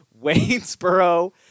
Waynesboro